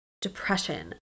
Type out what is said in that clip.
depression